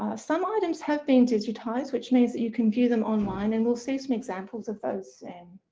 some items have been digitised, which means that you can view them online and we'll see some examples of those